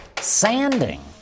sanding